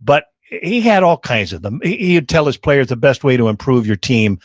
but he had all kinds of them. he would tell his players the best way to improve your team